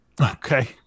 Okay